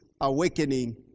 awakening